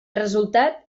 resultat